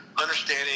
understanding